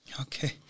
Okay